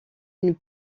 une